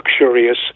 luxurious